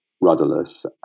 rudderless